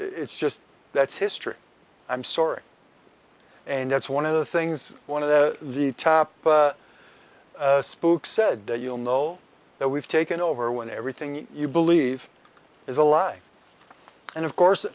it's just that's history i'm sorry and that's one of the things one of the top spooks said you'll know that we've taken over when everything you believe is a lie and of course